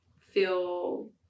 feel